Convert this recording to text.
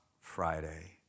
Friday